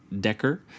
Decker